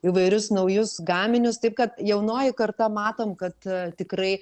įvairius naujus gaminius taip kad jaunoji karta matom kad tikrai